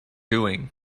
doing